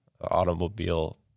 automobile